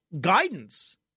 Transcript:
guidance